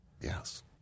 Yes